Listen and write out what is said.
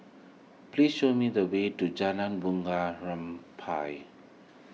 please show me the way to Jalan Bunga Rampai